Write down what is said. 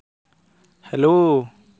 hello